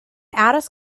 aros